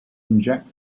inject